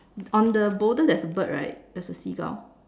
on the boulder there's a bird right there's a seagull